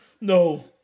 No